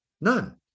none